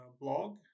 blog